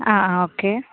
ആ ഓക്കെ